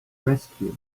rescue